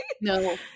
No